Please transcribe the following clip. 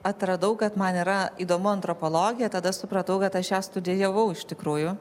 atradau kad man yra įdomu antropologija tada supratau kad aš ją studijavau iš tikrųjų